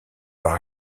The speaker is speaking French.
par